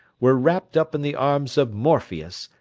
were wrapped up in the arms of morpheus,